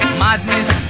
madness